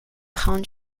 haunt